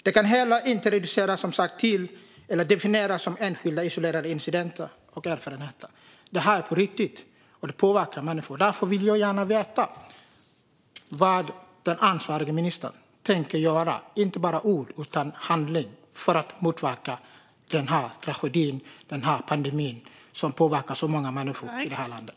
De kan inte heller reduceras till eller definieras som enskilda isolerade incidenter och erfarenheter. De är på riktigt, och de påverkar människor. Därför vill jag gärna veta vad den ansvariga ministern tänker göra, inte bara med ord utan i handling, för att motverka denna tragedi, denna pandemi, som påverkar så många människor i det här landet.